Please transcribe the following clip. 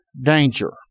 danger